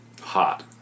Hot